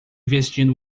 vestindo